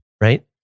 right